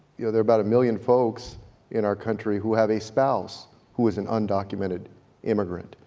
you know, there are about a million folks in our country who have a spouse who is an undocumented immigrant,